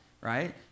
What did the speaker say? right